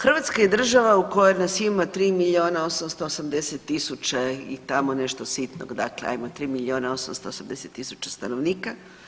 Hrvatska je država u kojoj nas ima 3 milijuna 880 tisuća i tamo nešto sitnog, dakle ajmo 3 milijuna 880 tisuća stanovnika.